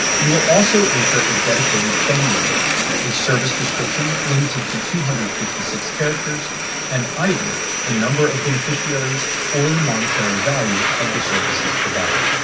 you will also enter a dedicated phone number a service description, limited to two hundred and fifty six characters and either the number of beneficiaries or the monetary value of the services provided.